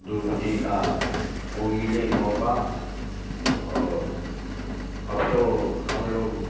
डूबने का वह मिले मौका और अब तो हम लोग